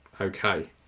okay